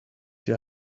your